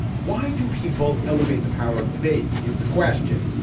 why do people elevate the power of debates? is the question.